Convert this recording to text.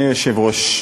אדוני היושב-ראש,